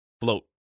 float